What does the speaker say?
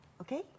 okay